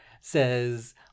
says